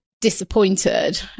disappointed